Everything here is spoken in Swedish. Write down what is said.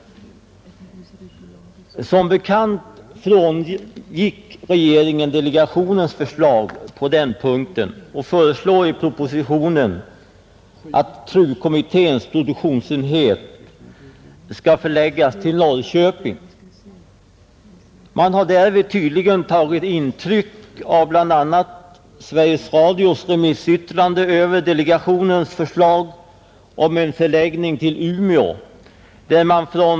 Som bekant frångick regeringen delegationens förslag på den punkten och föreslår i propositionen att TRU-kommitténs produktionsenhet skall förläggas till Norrköping. Man har därvid tydligen tagit intryck av bl.a. Sveriges Radios remissyttrande över delegationens förslag om en förläggning till Umeå.